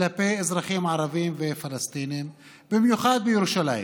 כלפי אזרחים ערבים ופלסטינים, במיוחד בירושלים.